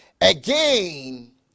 Again